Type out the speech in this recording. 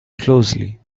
closely